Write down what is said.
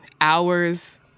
hours